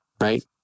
right